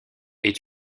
est